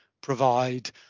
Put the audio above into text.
provide